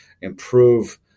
improve